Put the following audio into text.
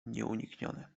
nieuniknione